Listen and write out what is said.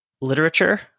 literature